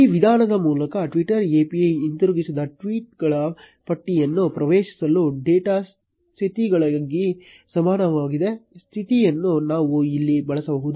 ಈ ವಿಧಾನದ ಮೂಲಕ Twitter API ಹಿಂತಿರುಗಿಸಿದ ಟ್ವೀಟ್ ಗಳ ಪಟ್ಟಿಯನ್ನು ಪ್ರವೇಶಿಸಲು ಡೇಟಾ ಸ್ಥಿತಿಗಳಿಗೆ ಸಮಾನವಾದ ಸ್ಥಿತಿಗಳನ್ನು ನಾವು ಇಲ್ಲಿ ಬಳಸಬಹುದು